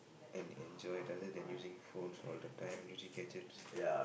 and enjoy rather than using phones all the time using gadgets